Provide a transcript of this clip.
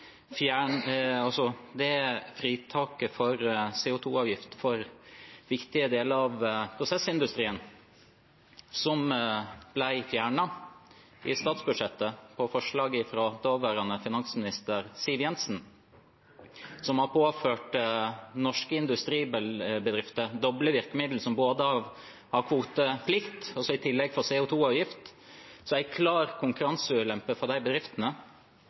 det gjelder det fritaket for CO 2 -avgift for viktige deler av prosessindustrien som ble fjernet i statsbudsjettet på forslag fra daværende finansminister Siv Jensen, noe som har påført norske industribedrifter doble virkemidler – både kvoteplikt og CO 2 -avgift – altså en klar konkurranseulempe for de bedriftene: